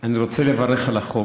אני רוצה לברך על החוק.